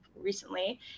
recently